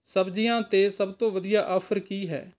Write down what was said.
ਸਬਜ਼ੀਆਂ 'ਤੇ ਸਭ ਤੋਂ ਵਧੀਆ ਆਫ਼ਰ ਕੀ ਹੈ